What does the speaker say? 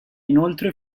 inoltre